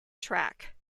track